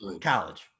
college